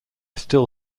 still